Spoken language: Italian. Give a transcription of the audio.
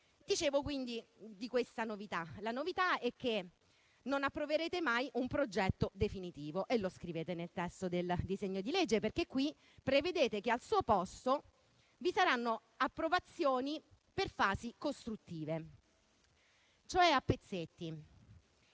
Dicevo quindi di questa novità: la novità è che non approverete mai un progetto definitivo e lo scrivete nel testo del disegno di legge, perché prevedete che al suo posto vi saranno approvazioni per fasi costruttive, cioè a pezzetti,